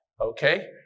Okay